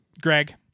Greg